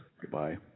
Goodbye